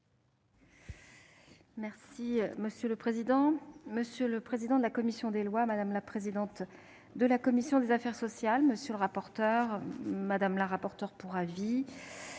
Monsieur le président, monsieur le président de la commission des lois, madame la présidente de la commission des affaires sociales, monsieur le rapporteur, mesdames, messieurs les